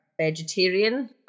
vegetarian